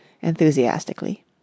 enthusiastically